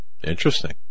Interesting